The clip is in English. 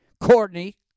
Courtney